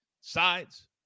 Sides